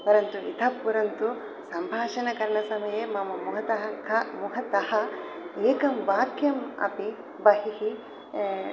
परन्तु इतः परन्तु सम्भाषणकरण समये मम मुखतः ख मुखतः एकं वाक्यम् अपि बहिः